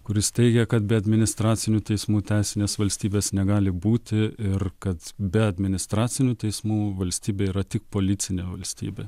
kuris teigia kad be administracinių teismų teisinės valstybės negali būti ir kad be administracinių teismų valstybė yra tik policinė valstybė